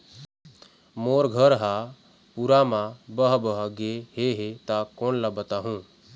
मोर घर हा पूरा मा बह बह गे हे हे ता कोन ला बताहुं?